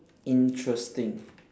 interesting